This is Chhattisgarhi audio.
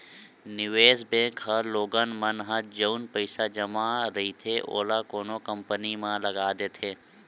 निवेस बेंक ह लोगन मन ह जउन पइसा जमा रहिथे ओला कोनो कंपनी म लगा देथे